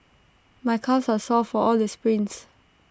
my calves are sore for all the sprints